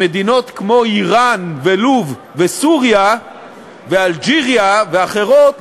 שמדינות כמו איראן ולוב וסוריה ואלג'יריה ואחרות